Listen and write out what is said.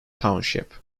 township